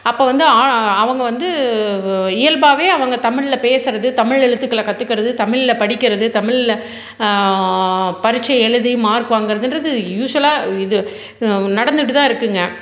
அப்போ வந்து அவங்க வந்து இயல்பாகவே அவங்க தமிழில் பேசறது தமிழ் எழுத்துக்களை கற்றுக்கறது தமிழில் படிக்கறது தமிழில் பரிட்சை எழுதி மார்க் வாங்கறது இன்றது யூஷ்வலாக இது நடந்துட்டு தான் இருக்குங்க